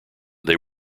they